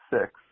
six